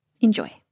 Enjoy